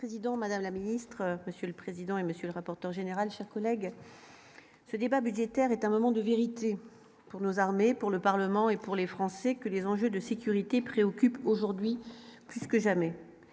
Madame la Ministre, Monsieur le Président et monsieur le rapporteur général chers collègues. Ce débat budgétaire est un moment de vérité pour nos armées pour le Parlement et pour les Français que les enjeux de sécurité préoccupent aujourd'hui puisque jamais